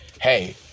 Hey